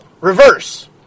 reverse